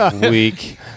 week